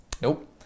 nope